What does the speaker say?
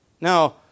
now